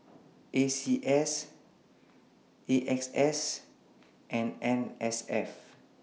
N C S A X S and N S F